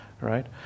right